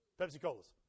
Pepsi-Colas